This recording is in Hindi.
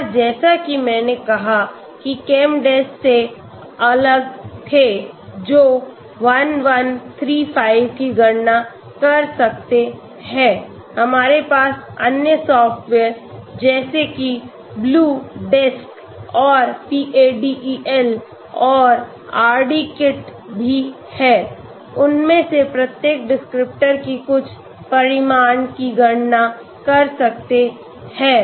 और जैसा कि मैंने कहा कि ChemDes से अलग थे जो 1135 की गणना कर सकते हैं हमारे पास अन्य सॉफ्टवेअर जैसे कि BlueDesc और PaDEL और RDKit भी हैं उनमें से प्रत्येक डिस्क्रिप्टर की कुछ परिमाण की गणना कर सकते हैं